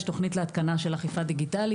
יש תוכנית להתקנה של אכיפה דיגיטלית,